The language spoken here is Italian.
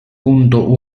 punto